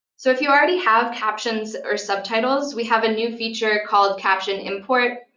so if you already have captions or subtitles, we have a new feature called caption import,